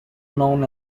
known